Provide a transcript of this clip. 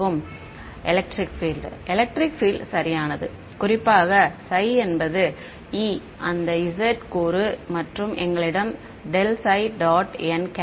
மாணவர் electric field electric field சரியானது குறிப்பாக φ என்பது E அந்த z கூறு மற்றும் எங்களிடம் ∇φ